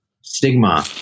stigma